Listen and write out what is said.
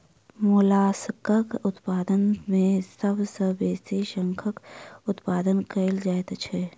मोलास्कक उत्पादन मे सभ सॅ बेसी शंखक उत्पादन कएल जाइत छै